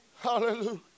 Hallelujah